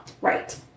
Right